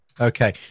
Okay